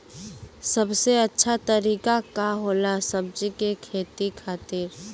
सबसे अच्छा तरीका का होला सब्जी के खेती खातिर?